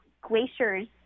glaciers